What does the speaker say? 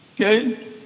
okay